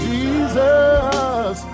Jesus